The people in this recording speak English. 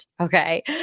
Okay